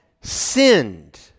sinned